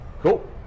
Cool